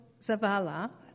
Zavala